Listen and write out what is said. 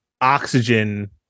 oxygen